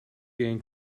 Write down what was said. gain